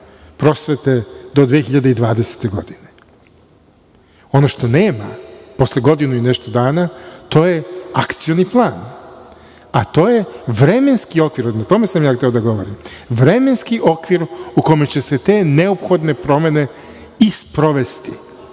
prosvete do 2020. godine. Ono što nema posle godinu i nešto dana, to je akcioni plan, a to je vremenski okvir, o tome sam hteo da govorim, vremenski okvir u kome će se te neophodne promene i sprovesti,